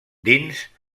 dins